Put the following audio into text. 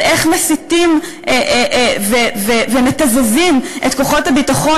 איך מסיתים ומתזזים את כוחות הביטחון,